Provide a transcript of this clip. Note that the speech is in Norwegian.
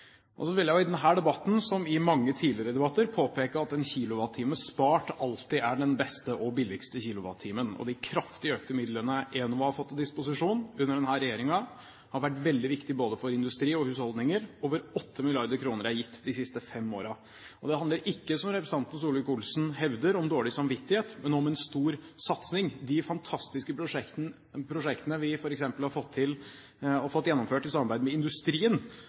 Og så vil jeg i denne debatten, som i mange tidligere debatter, påpeke at en kilowattime spart alltid er den beste og billigste kilowattimen. De kraftig økte midlene Enova har fått til disposisjon under denne regjeringen, har vært veldig viktige både for industri og husholdninger. Over 8 mrd. kr er gitt de siste fem årene. Det handler ikke, som representanten Solvik-Olsen hevder, om «dårlig samvittighet», men om en stor satsing. De fantastiske prosjektene vi f.eks. har fått til og fått gjennomført i samarbeid med industrien,